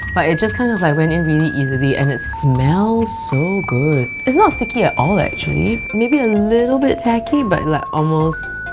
but it just kind of like went in very easily and it smells so good. it's not sticky at all actually. maybe a little bit tacky, but like almost.